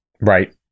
right